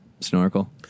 Snorkel